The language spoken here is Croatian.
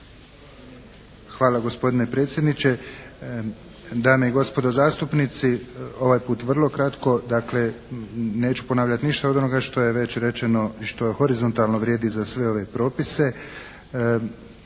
Hvala gospodine predsjedniče, dame i gospodo zastupnici. Ovaj put vrlo kratko. Dakle, neću ponavljati ništa od onoga što je već rečeno i što horizontalno vrijedi za sve ove propise.